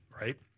right